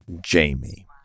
Jamie